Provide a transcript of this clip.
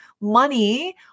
money